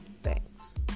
Thanks